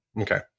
Okay